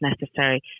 necessary